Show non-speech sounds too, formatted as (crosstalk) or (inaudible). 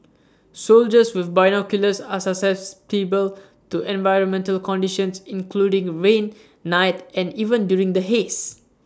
soldiers with binoculars are (unintelligible) to environmental conditions including rain night and even during the haze